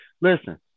Listen